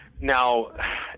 now